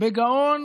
בגאון